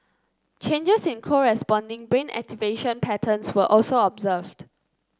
changes in corresponding brain activation patterns were also observed